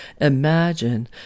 imagine